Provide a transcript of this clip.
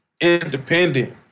independent